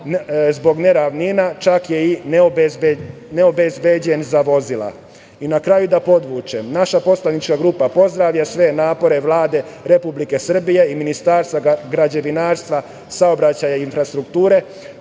zbog neravnina, čak je i neobezbeđen za vozila. Na kraju, da podvučem, naša poslanička grupa pozdravlja sve napore Vlade Republike Srbije i Ministarstva građevinarstva, saobraćaja i infrastrukture